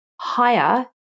higher